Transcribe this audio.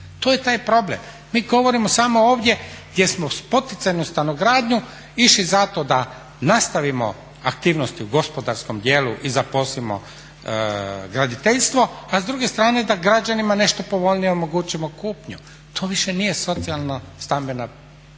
to je taj problem. Mi govorimo samo ovdje gdje smo u poticajnu stanogradnju išli zato da nastavimo aktivnosti u gospodarskom dijelu i zaposlimo graditeljstvo, a s druge strane da građanima nešto povoljnije omogućimo kupnju. To više nije socijalno-stambena politika,